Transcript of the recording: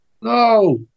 No